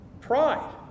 pride